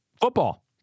football